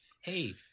hey